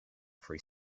free